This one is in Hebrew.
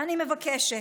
אני מבקשת.